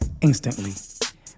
instantly